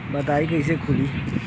खाता कईसे खुली?